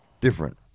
different